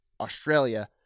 Australia